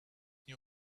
new